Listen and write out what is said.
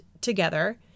together